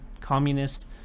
communist